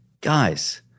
guys